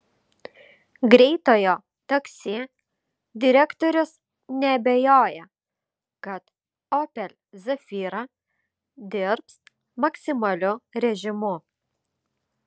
greitojo taksi direktorius neabejoja kad opel zafira dirbs maksimaliu režimu